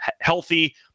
healthy